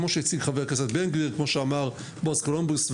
כמו שהציג חבר הכנסת בן גביר וכמו שאמר בעז קולומבוס,